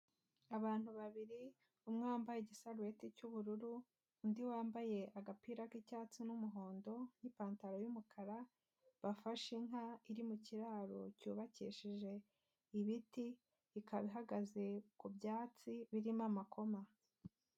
Abantu babiri, umwe wambaye igisarubeti cy'ubururu, undi wambaye agapira k'icyatsi n'umuhondo n'ipantaro y'umukara, bafashe inka iri mu kiraro cyubakishije ibiti, ikaba ihagaze ku byatsi birimo amakoma.